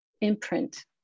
imprint